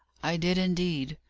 i did indeed.